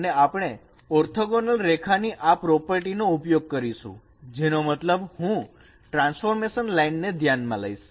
અને આપણે ઓર્થોગોંનલ રેખાઓની આ પ્રોપર્ટી નો ઉપયોગ કરીશું જેનો મતલબ હું ટ્રાન્સફોર્મેશન લાઇનને ધ્યાન માં લઈસ